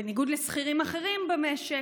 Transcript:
בניגוד לשכירים אחרים במשק,